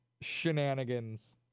shenanigans